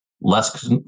less